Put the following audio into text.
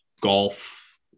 golf